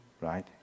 right